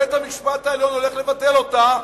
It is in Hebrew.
בית-המשפט העליון הולך לבטל אותה,